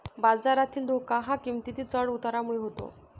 बाजारातील धोका हा किंमतीतील चढ उतारामुळे होतो